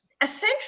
Essentially